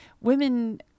women